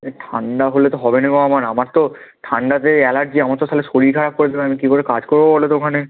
এই ঠান্ডা হলে তো হবে না গো আমার আমার তো ঠান্ডাতে অ্যালার্জি আমার তো তাহলে শরীর খারাপ করে আমি কী করে কাজ করব বলো তো ওখানে